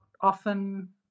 often